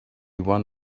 one